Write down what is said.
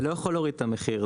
זה לא יכול להוריד את המחיר,